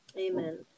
Amen